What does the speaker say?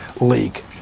League